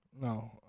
No